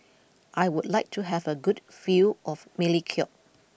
I would like to have a good view of Melekeok